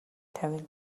тавина